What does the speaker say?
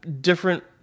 different